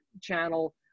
channel